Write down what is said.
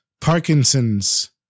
Parkinson's